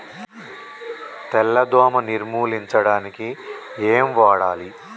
తెల్ల దోమ నిర్ములించడానికి ఏం వాడాలి?